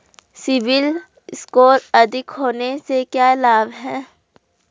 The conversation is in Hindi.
सीबिल स्कोर अधिक होने से क्या लाभ हैं?